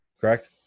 Correct